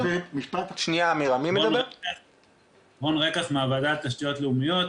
אני מהוועדה לתשתיות לאומיות.